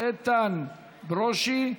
איתן ברושי.